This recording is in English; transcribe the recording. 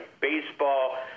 baseball